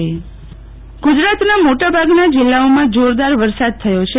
શીતલ વૈશ્નવ હવા માન ગુજરાતના મોટા ભાગના જિલ્લાઓમાં જોરદાર વરસાદ થયો છે